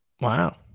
wow